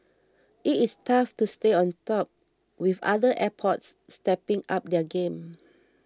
it it tough to stay on top with other airports stepping up their game